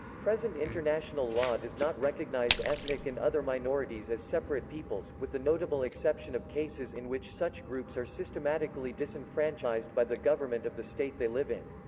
present international law does not recognize ethnic and other minorities as separate peoples, with the notable exception of cases in which such groups are systematically disenfranchised by the government of the state they live in.